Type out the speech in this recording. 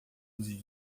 luzes